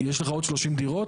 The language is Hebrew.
יש לך עוד שלושים דירות.